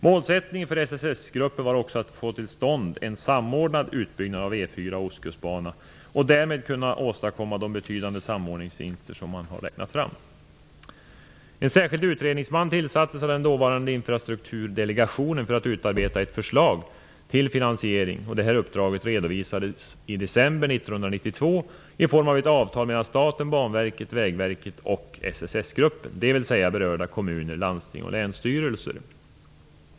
Målsättningen för SSS-gruppen var också att få till stånd en samordnad utbyggnad av E 4 och Ostkustbanan och därmed kunna åstadkomma de betydande samordningsvinster som man har räknat fram. En särskild utredningsman tillsattes av den dåvarande infrastrukturdelegationen för att utarbeta ett förslag till finansiering. Detta uppdrag redovisades i december 1992 i form av ett avtal mellan staten, Banverket, Vägverket och SSS-gruppen, dvs. berörda kommuner, landsting och länsstyrelser.